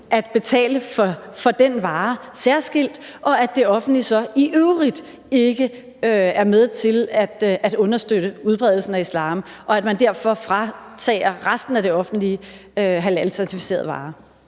at betale for den vare særskilt, og at det offentlige så i øvrigt ikke er med til at understøtte udbredelsen af islam, og at man derfor fratager resten af det offentlige halalcertificerede varer?